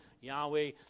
yahweh